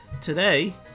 Today